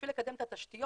בשביל לקדם את התשתיות,